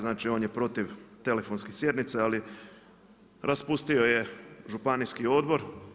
Znači on je protiv telefonske sjednice, ali raspustio je županijski odbor.